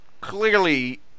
clearly